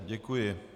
Děkuji.